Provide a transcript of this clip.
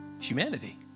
humanity